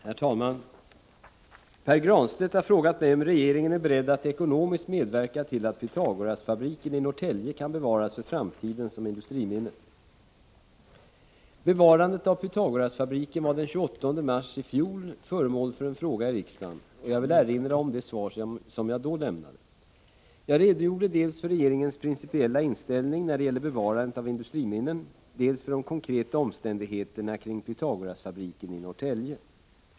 Herr talman! Pär Granstedt har frågat mig om regeringen är beredd att ekonomiskt medverka till att Pythagorasfabriken i Norrtälje kan bevaras för framtiden som industriminne. Bevarandet av Pythagorasfabriken var den 28 mars 1985 föremål för en fråga i riksdagen, och jag vill erinra om det svar jag då lämnade. Jag redogjorde dels för regeringens principiella inställning när det gäller bevarandet av industriminnen, dels för de konkreta omständigheterna kring Pythagorasfabriken i Norrtälje.